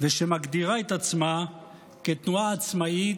ושמגדירה את עצמה כתנועה עצמאית,